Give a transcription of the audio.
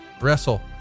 wrestle